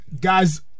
guys